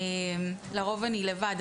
לרוב אני לבד,